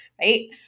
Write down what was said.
right